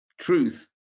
truth